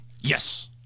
yes